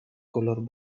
color